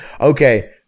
Okay